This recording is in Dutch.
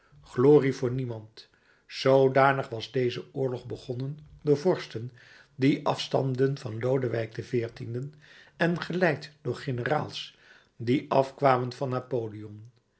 glorie voor niemand zoodanig was deze oorlog begonnen door vorsten die afstamden van lodewijk xiv en geleid door generaals die afkwamen van napoleon